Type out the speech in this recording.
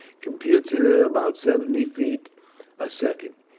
computes it at about seventy feet a second.